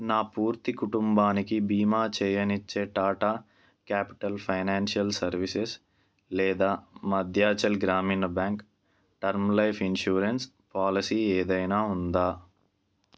నా పూర్తి కుటుంబానికి బీమా చేయనిచ్చే టాటా క్యాపిటల్ ఫైనాన్షియల్ సర్వీసెస్ లేదా Madhyanchal Gramin Bank term life insurance policy ఏదైనా ఉందా